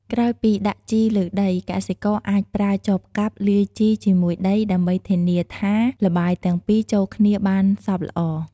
ក្រោយពីដាក់ជីលើដី កសិករអាចប្រើចបកាប់លាយជីជាមួយដី ដើម្បីធានាថាល្បាយទាំងពីរចូលគ្នាបានសព្វល្អ។